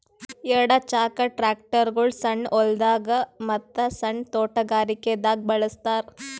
ಎರಡ ಚಾಕದ್ ಟ್ರ್ಯಾಕ್ಟರ್ಗೊಳ್ ಸಣ್ಣ್ ಹೊಲ್ದಾಗ ಮತ್ತ್ ಸಣ್ಣ್ ತೊಟಗಾರಿಕೆ ದಾಗ್ ಬಳಸ್ತಾರ್